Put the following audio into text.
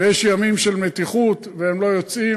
יש ימים של מתיחות והם לא יוצאים,